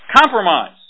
Compromise